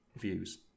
views